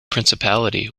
principality